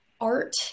art